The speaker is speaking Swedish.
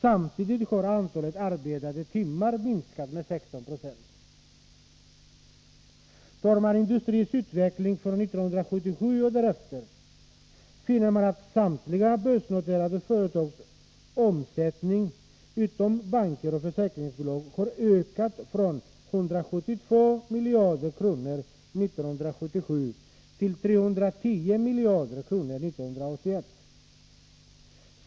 Samtidigt har antalet arbetade timmar minskat med 16 96. Ser man på industrins utveckling från 1977 och därefter, finner man att omsättningen för samtliga börsnoterade företag med undantag för banker och försäkringsbolag har ökat från 172 miljarder kronor år 1977 till 310 miljarder kronor 1981.